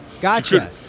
Gotcha